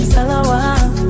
Salawam